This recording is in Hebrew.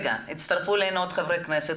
הצטרפו אלינו עוד חברי כנסת.